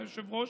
היושב-ראש,